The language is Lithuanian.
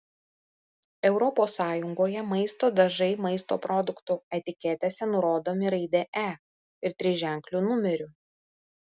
europos sąjungoje maisto dažai maisto produktų etiketėse nurodomi raide e ir triženkliu numeriu